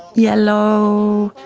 yellow,